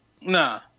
Nah